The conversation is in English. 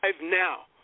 now